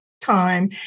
time